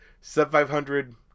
sub-500